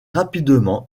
rapidement